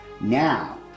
Now